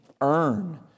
earn